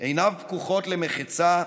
/ עיניו פקוחות למחצה,